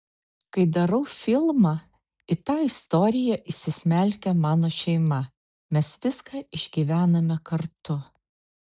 kai darau filmą į tą istoriją įsismelkia mano šeima mes viską išgyvename kartu